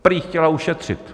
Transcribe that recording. Prý chtěla ušetřit.